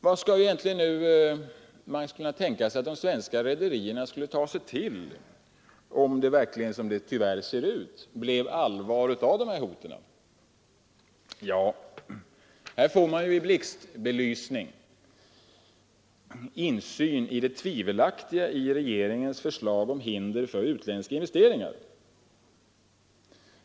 Vad skulle då de svenska rederierna kunna göra om det, som det tyvärr ser ut, blir allvar av dessa hot? Ja, här får man i blixtbelysning insyn i det tvivelaktiga i regeringens förslag om hinder för utländska investeringar.